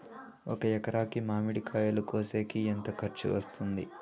ఒక ఎకరాకి మామిడి కాయలు కోసేకి ఎంత ఖర్చు వస్తుంది?